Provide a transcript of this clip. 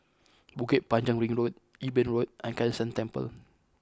Bukit Panjang Ring Road Eben Road and Kai San Temple